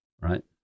right